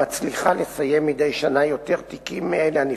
מצליחה לסיים מדי שנה יותר תיקים מאלה הנפתחים.